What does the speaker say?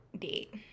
date